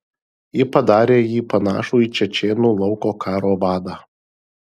ji padarė jį panašų į čečėnų lauko karo vadą